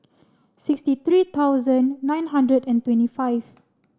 sixty three thousand nine hundred and twenty five